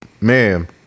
man